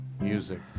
music